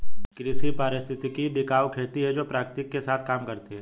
कृषि पारिस्थितिकी टिकाऊ खेती है जो प्रकृति के साथ काम करती है